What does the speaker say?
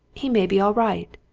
he may be all right.